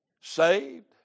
saved